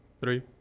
three